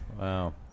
Wow